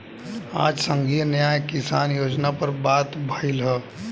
आज संघीय न्याय किसान योजना पर बात भईल ह